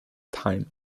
time